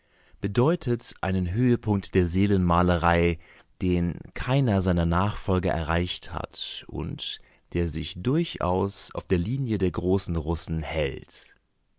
bedeutet einen höhepunkt der seelenmalerei den keiner seiner nachfolger erreicht hat und sich durchaus auf der linie der großen russen hält